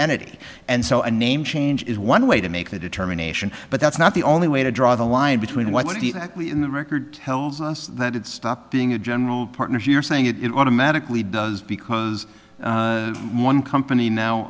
entity and so a name change is one way to make that determination but that's not the only way to draw the line between what the record tells us that it stopped being a general partner you're saying it automatically does because one company now